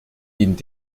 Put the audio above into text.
dient